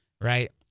Right